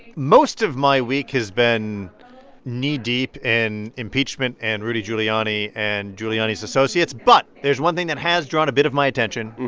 most of my week has been knee-deep in impeachment and rudy giuliani and giuliani's associates. but there's one thing that has drawn a bit of my attention,